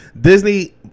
Disney